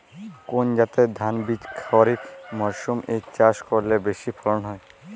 কোন জাতের ধানবীজ খরিপ মরসুম এ চাষ করলে বেশি ফলন হয়?